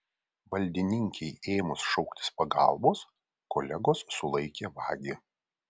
valdininkei ėmus šauktis pagalbos kolegos sulaikė vagį